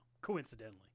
coincidentally